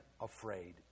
afraid